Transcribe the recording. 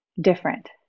different